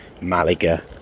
Malaga